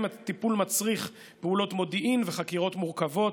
הטיפול מצריך פעולות מודיעין וחקירות מורכבות.